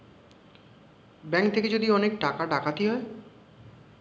bank থেকে যদি অনেক টাকা ডাকাতি হয়